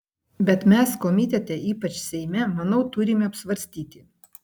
bet mes komitete ypač seime manau turime apsvarstyti